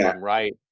right